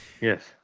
Yes